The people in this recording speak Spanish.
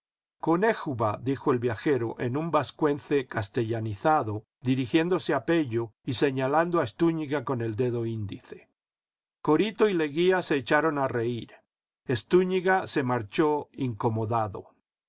todos jconéjubal dijo el viajero en un vascuence castellanizado dirigiéndose a pello y señalando a estúñiga con el dedo índice corito y leguía se echaron a reír estúñiga se m archó incomodado